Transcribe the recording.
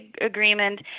agreement